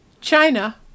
China